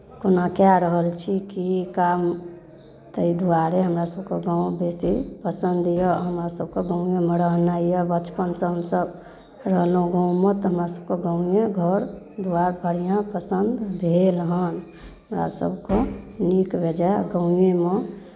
कोना कए रहल छी की काम ताहि दुआरे हमरासभकेँ गाँव बेसी पसन्द यए हमरासभके गाँवएमे रहनाइ यए बचपनसँ हमसभ रहलहुँ गाँवमे तऽ हमरासभकेँ गाँवमे घर दुआरि बढ़िआँ पसंद भेल हन हमरासभके नीक बेजाय गाँवएमे